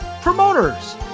promoters